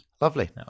Lovely